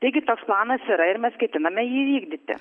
taigi toks planas yra ir mes ketiname jį vykdyti